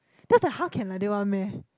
that was the how can like that one meh